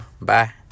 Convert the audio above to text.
Bye